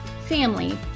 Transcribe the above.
family